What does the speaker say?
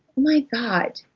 my god,